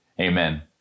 Amen